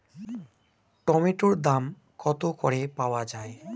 টমেটোর দাম কত করে পাওয়া যায়?